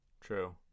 True